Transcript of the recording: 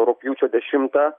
rugpjūčio dešimtą